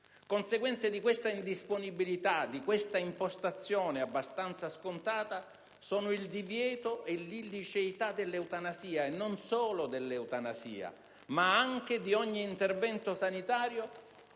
Conseguenze di questa indisponibilità e di questa impostazione abbastanza scontata sono il divieto e l'illiceità dell'eutanasia, e non solo dell'eutanasia, ma anche di ogni intervento sanitario